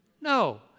No